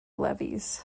levies